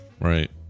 right